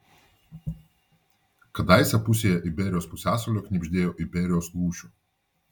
kadaise pusėje iberijos pusiasalio knibždėjo iberijos lūšių